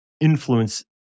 influence